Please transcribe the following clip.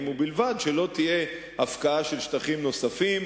ובלבד שלא תהיה הפקעה של שטחים נוספים,